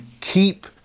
keep